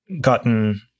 gotten